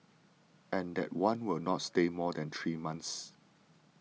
and that one will not stay more than three months